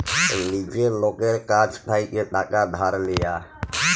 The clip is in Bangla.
লীজের লকের কাছ থ্যাইকে টাকা ধার লিয়া